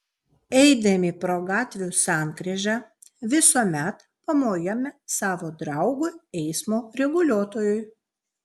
eidami pro gatvių sankryžą visuomet pamojame savo draugui eismo reguliuotojui